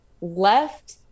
left